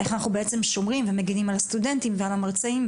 איך אנחנו שומרים ומגינים על הסטודנטים ועל המרצים.